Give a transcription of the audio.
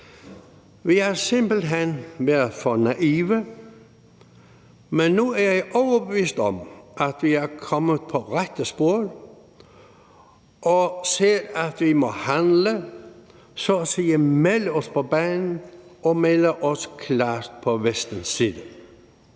Vi har simpelt hen været for naive, men nu er jeg overbevist om, at vi er kommet på rette spor og ser, at vi må handle, altså så at sige melde os på banen og melde os klart på Vestens side.